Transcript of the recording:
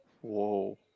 Whoa